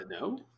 no